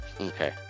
Okay